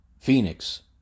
Phoenix